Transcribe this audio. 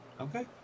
Okay